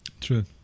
true